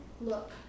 look